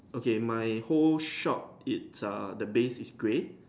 okay my whole shop it's err the base is grey